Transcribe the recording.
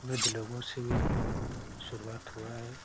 वृद्ध लोगों से भी शुरुआत हुई है